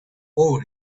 over